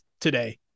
today